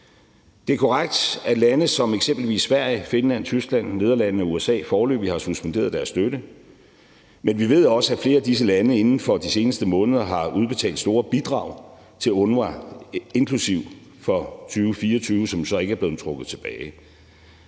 Det er korrekt, at lande som eksempelvis Sverige, Finland, Tyskland, Nederlandene og USA foreløbig har suspenderet deres støtte, men vi ved også, at flere af disse lande inden for de seneste måneder har udbetalt store bidrag til UNRWA, inklusive for 2024, som så ikke er blevet trukket tilbage.